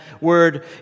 word